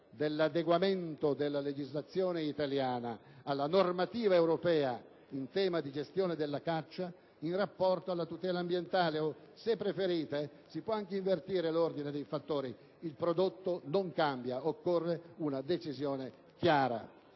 dell'adeguamento della legislazione italiana alla normativa europea in tema di gestione della caccia in rapporto alla tutela ambientale. Se preferite, si può anche invertire l'ordine dei fattori, ma il prodotto non cambia. Occorre, dunque, una decisione chiara.